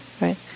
right